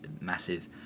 massive